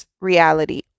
reality